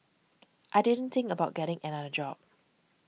I didn't think about getting another job